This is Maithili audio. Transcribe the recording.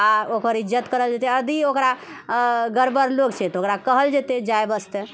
आ ओकर इज्जत करल जेतै आ यदि ओकरा गड़बड़ लोक छै तऽ ओकरा कहल जेतै जाइ वास्ते